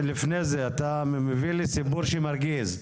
אתה מביא לי סיפור שהוא מרגיז.